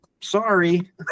Sorry